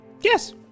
Yes